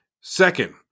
Second